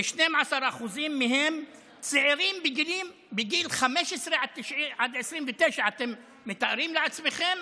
כ-12% מהם צעירים בגיל 15 עד 29. אתם מתארים לעצמכם